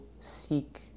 seek